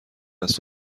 است